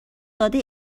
داده